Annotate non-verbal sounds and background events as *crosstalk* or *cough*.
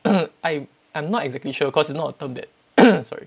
*coughs* I I'm not exactly sure cause it's not a term that *coughs* sorry